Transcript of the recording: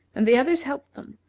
and the others helped them,